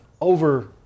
over-